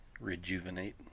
Rejuvenate